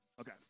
Okay